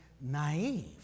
naive